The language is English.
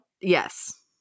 Yes